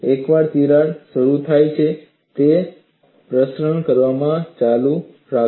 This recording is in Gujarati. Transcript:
એકવાર તિરાડ શરૂ થઈ જાય તે પ્રસરણ કરવાનું ચાલુ રાખશે